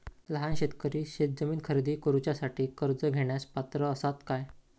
लहान शेतकरी शेतजमीन खरेदी करुच्यासाठी कर्ज घेण्यास पात्र असात काय?